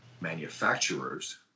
manufacturers